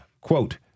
Quote